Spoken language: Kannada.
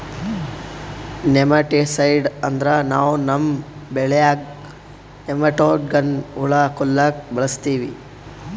ನೆಮಟಿಸೈಡ್ ಅಂದ್ರ ನಾವ್ ನಮ್ಮ್ ಬೆಳ್ಯಾಗ್ ನೆಮಟೋಡ್ಗಳ್ನ್ ಹುಳಾ ಕೊಲ್ಲಾಕ್ ಬಳಸ್ತೀವಿ